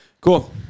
Cool